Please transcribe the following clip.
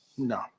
No